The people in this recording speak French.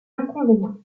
inconvénients